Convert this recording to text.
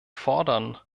fordern